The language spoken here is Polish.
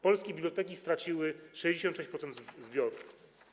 Polskie biblioteki straciły 66% zbiorów.